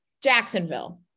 Jacksonville